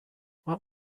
what